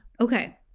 Okay